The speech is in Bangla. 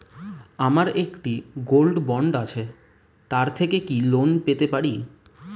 আমার একটি গোল্ড বন্ড আছে তার থেকে কি লোন পেতে পারি?